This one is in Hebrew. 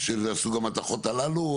של סוג המתכות הללו,